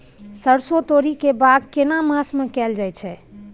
सरसो, तोरी के बौग केना मास में कैल जायत छै?